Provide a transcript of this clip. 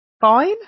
fine